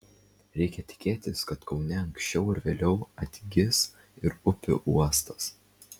reikia tikėtis kad kaune anksčiau ar vėliau atgis ir upių uostas